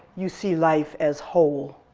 you see life as whole.